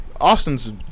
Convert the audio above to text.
Austin's